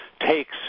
takes